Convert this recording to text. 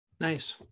Nice